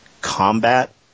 combat